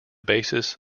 basis